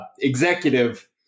executive